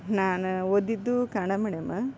ನಾನ ಓದಿದ್ದು ಕನ್ನಡ ಮೀಡಿಯಮ್